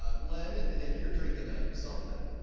ah len and, and you're drinking ah something.